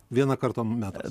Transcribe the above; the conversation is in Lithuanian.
vieną kartą metuose